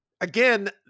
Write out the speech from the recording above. again